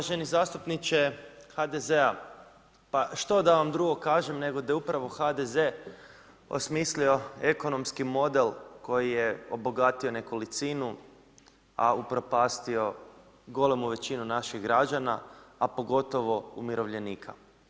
Uvaženi zastupniče HDZ-a, pa što da vam drugo kažem nego da je upravo HDZ osmislio ekonomski model koji je obogatio nekolicinu, a upropastio golemu većinu naših građana, a pogotovo umirovljenika.